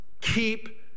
keep